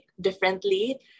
differently